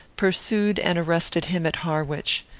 pursued and arrested him at harwich.